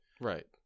Right